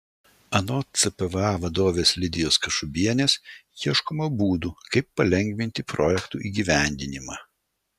anot cpva vadovės lidijos kašubienės ieškoma būdų kaip palengvinti projektų įgyvendinimą